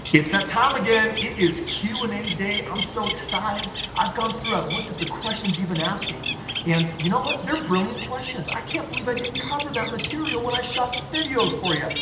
it's that time again! it is q and a day. i'm so excited i've gone through i've looked at the questions you've been asking and you know what? they're brilliant questions. i can't believe i didn't cover that material when i shot the videos for yeah